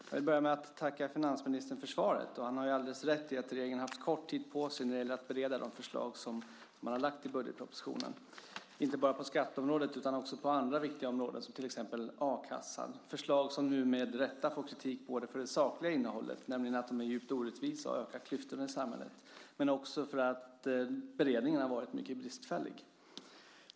Herr talman! Jag vill börja med att tacka finansministern för svaret. Han har alldeles rätt i att regeringen har haft kort tid på sig när det gäller att bereda förslag som man lagt fram i budgetpropositionen inte bara på skatteområdet utan också på andra viktiga områden, till exempel om a-kassan - förslag som nu med rätta får kritik både för det sakliga innehållet, nämligen att de är djupt orättvisa och ökar klyftorna i samhället, och för att beredningen har varit mycket bristfällig.